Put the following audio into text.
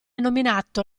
nominato